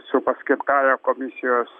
su paskirtąja komisijos